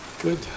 good